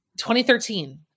2013